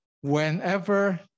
whenever